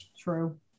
True